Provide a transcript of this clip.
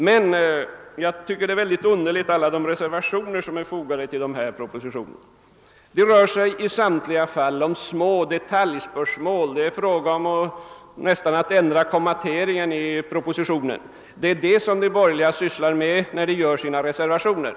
De reservationer som fogats till utskottsutlåtandena tycker jag är mycket underliga. Det rör sig i samtliga fall om små detaljspörsmål; det är ibland nästan bara fråga om en ändring av kommateringen i propositionen. Det är sådant de borgerliga sysslar med när de skriver sina reservationer.